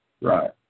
Right